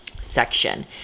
section